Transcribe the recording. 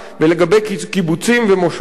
ולגבי קיבוצים ומושבים,